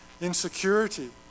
insecurity